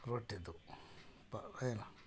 ರೊಟ್ಟಿ ಇದ್ದವು ಪ ಏನು